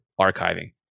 archiving